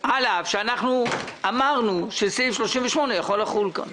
על אף שאמרנו שסעיף 38 יכול לחול כאן.